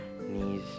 knees